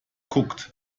guckt